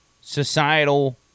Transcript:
societal